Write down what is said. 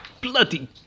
bloody